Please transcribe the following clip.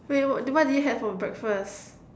wait what what did you have for breakfast